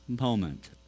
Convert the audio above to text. moment